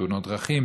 תאונות דרכים,